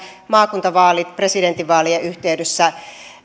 maakuntavaalit pidetään presidentinvaalien yhteydessä